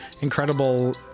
incredible